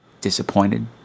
disappointed